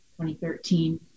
2013